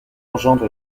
engendre